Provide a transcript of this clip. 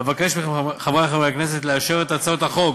אבקש מחברי חברי הכנסת לאשר את הצעת החוק